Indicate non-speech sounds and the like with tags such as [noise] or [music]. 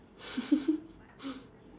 [laughs]